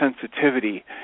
sensitivity